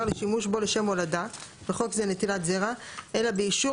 לשימוש בו לשם הולדה (בחוק זה נטילת זרע) אלא באישור